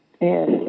Yes